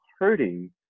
hurting